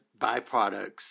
byproducts